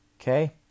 Okay